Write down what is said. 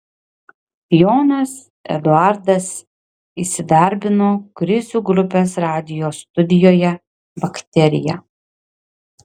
jonas eduardas įsidarbino krizių grupės radijo studijoje bakterija